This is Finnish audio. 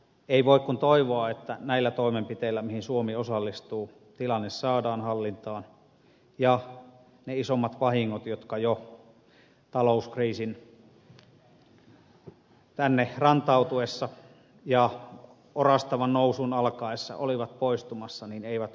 ei voi kuin toivoa että näillä toimenpiteillä joihin suomi osallistuu tilanne saadaan hallintaan ja ne isommat vahingot jotka jo talouskriisin aikana tänne rantautuivat ja orastavan nousun alkaessa olivat poistumassa eivät uusiutuisi